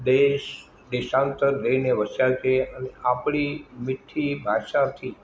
દેશ દેશાંતર જઈને વસ્યા છે આપણી મીઠી ભાષાથી